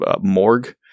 Morgue